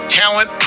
talent